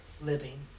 living